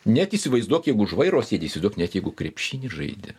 net įsivaizduok jeigu už vairo sėdi įsivaizduok net jeigu krepšinį žaidi